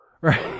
right